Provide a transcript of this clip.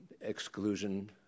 exclusion